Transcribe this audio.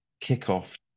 kickoff